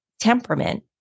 temperament